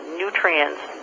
nutrients